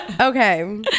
Okay